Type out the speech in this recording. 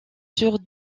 sur